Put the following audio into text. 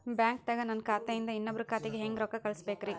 ಬ್ಯಾಂಕ್ದಾಗ ನನ್ ಖಾತೆ ಇಂದ ಇನ್ನೊಬ್ರ ಖಾತೆಗೆ ಹೆಂಗ್ ರೊಕ್ಕ ಕಳಸಬೇಕ್ರಿ?